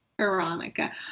Veronica